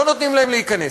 לא נותנים להם להיכנס.